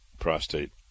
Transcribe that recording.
prostate